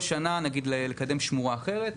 כל שנה לקדם שמורה אחרת.